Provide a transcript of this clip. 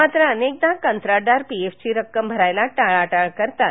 मात्र अनेकदा कंत्राटदार पीएफची रक्कम भरण्यास टाळाटाळ करतात